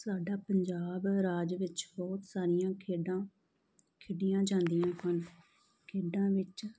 ਸਾਡਾ ਪੰਜਾਬ ਰਾਜ ਵਿੱਚ ਬਹੁਤ ਸਾਰੀਆਂ ਖੇਡਾਂ ਖੇਡੀਆਂ ਜਾਂਦੀਆਂ ਹਨ ਖੇਡਾਂ ਵਿੱਚ